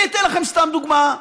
אני אתן לכם סתם דוגמה,